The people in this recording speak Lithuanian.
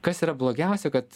kas yra blogiausia kad